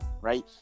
right